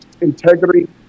integrity